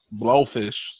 blowfish